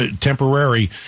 temporary